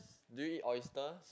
do you eat oysters